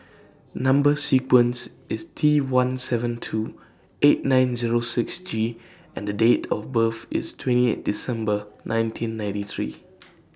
Number sequence IS T one seven two eight nine Zero six G and Date of birth IS twenty eight December nineteen ninety three